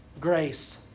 Grace